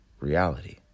reality